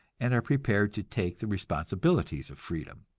and are prepared to take the responsibilities of freedom.